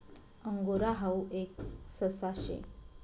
angora हाऊ एक ससा शे